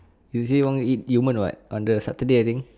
you say want eat yumen [what] on the saturday I think